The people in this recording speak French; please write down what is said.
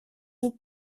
une